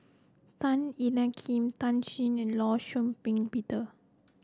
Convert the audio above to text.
Tan Ean Kiam Tan Shen and Law Shau Ping Peter